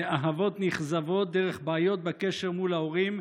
מאהבות נכזבות דרך בעיות בקשר מול ההורים,